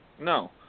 No